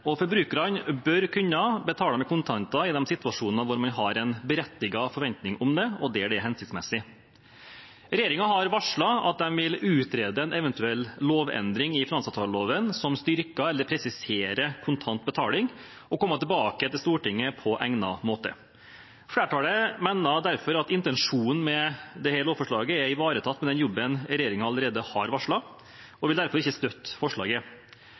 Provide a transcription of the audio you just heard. og forbrukerne bør kunne betale med kontanter i de situasjonene hvor vi har en berettiget forventning om det, og der det er hensiktsmessig. Regjeringen har varslet at de vil utrede en eventuell lovendring i finansavtaleloven som styrker eller presiserer kontant betaling, og komme tilbake til Stortinget på egnet måte. Flertallet mener derfor at intensjonen med dette lovforslaget er ivaretatt i den jobben regjeringen allerede har varslet, og vil derfor ikke støtte forslaget.